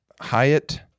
Hyatt